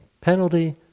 penalty